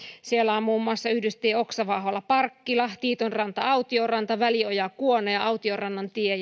siellä on muun muassa yhdystie oksava ahola parkkila tiitonranta autioranta välioja kuona ja autiorannantie